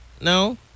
No